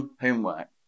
homework